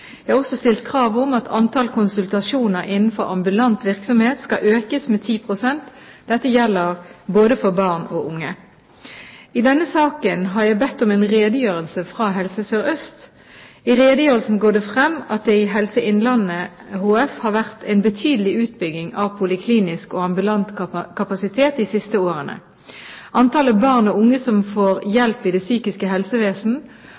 Jeg har også stilt krav om at antall konsultasjoner innenfor ambulant virksomhet skal økes med 10 pst. Dette gjelder både for barn og unge. I denne saken har jeg bedt om en redegjørelse fra Helse Sør-Øst. I redegjørelsen går det frem at det i Helse Innlandet HF har vært en betydelig utbygging av poliklinisk og ambulant kapasitet de siste årene. Antall barn og unge som får